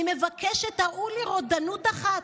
אני מבקש שתראו לי רודנות אחת,